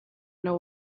know